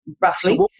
roughly